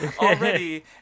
already